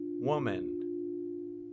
Woman